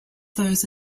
those